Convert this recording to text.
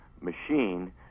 machine